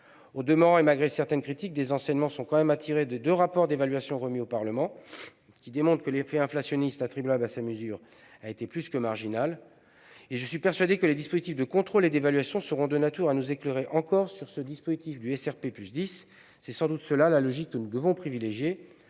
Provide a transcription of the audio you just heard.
Au demeurant, et malgré certaines critiques, des enseignements sont quand même à tirer des deux rapports d'évaluation remis au Parlement, qui démontrent que l'effet inflationniste attribuable à ces mesures a été plus que marginal. Je suis persuadé que les dispositifs de contrôle et d'évaluation seront de nature à nous éclairer encore sur ce dispositif SRP+10. Telle est, sans doute, la logique que nous devons privilégier